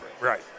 right